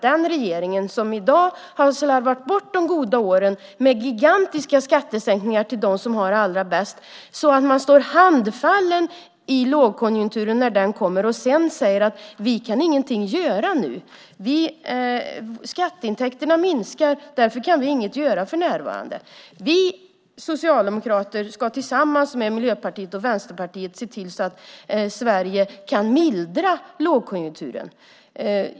Den regering som i dag har slarvat bort de goda åren med gigantiska skattesänkningar till dem som har det allra bäst står handfallen när lågkonjunkturen kommer och säger: "Vi kan ingenting göra nu. Skatteintäkterna minskar, och därför kan vi inget göra för närvarande." Vi socialdemokrater ska tillsammans med Miljöpartiet och Vänsterpartiet se till så att Sverige kan mildra lågkonjunkturen.